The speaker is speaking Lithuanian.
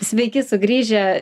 sveiki sugrįžę